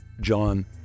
John